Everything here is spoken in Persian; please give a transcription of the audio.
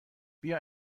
بیا